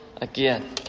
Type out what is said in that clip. again